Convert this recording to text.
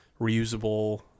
reusable